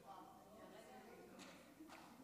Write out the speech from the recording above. לרשותך שלוש דקות.